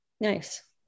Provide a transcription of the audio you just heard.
Nice